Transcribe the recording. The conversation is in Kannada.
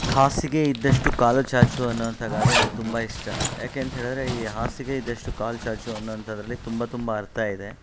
ಹಾಸಿಗೆ ಇದ್ದಷ್ಟು ಕಾಲು ಚಾಚು ಅನ್ನೋವಂಥ ಗಾದೆ ನನ್ಗೆ ತುಂಬ ಇಷ್ಟ ಯಾಕೆಂತ್ಹೇಳಿದ್ರೆ ಈ ಹಾಸಿಗೆ ಇದ್ದಷ್ಟು ಕಾಲು ಚಾಚು ಅನ್ನೊಂಥದ್ರಲ್ಲಿ ತುಂಬ ತುಂಬ ಅರ್ಥ ಇದೆ